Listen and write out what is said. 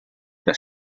que